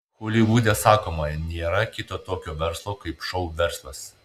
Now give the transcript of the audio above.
holivude sakoma nėra kito tokio verslo kaip šou verslas